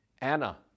Anna